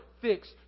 fix